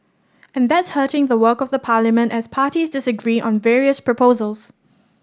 and that's hurting the work of the parliament as parties disagree on various proposals